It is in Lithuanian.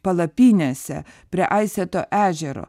palapinėse prie aiseto ežero